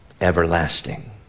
everlasting